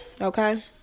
Okay